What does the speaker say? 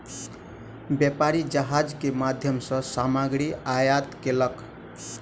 व्यापारी जहाज के माध्यम सॅ सामग्री आयात केलक